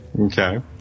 Okay